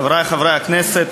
חברי חברי הכנסת,